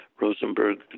Rosenberg